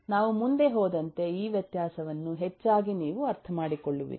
ನಾವು ಮುಂದೆ ಹೋದಂತೆ ಈ ವ್ಯತ್ಯಾಸವನ್ನು ಹೆಚ್ಚಾಗಿ ನೀವು ಅರ್ಥಮಾಡಿಕೊಳ್ಳುವಿರಿ